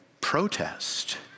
protest